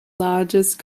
largest